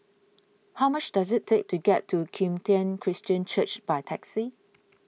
how much does it take to get to Kim Tian Christian Church by taxi